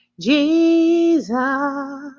Jesus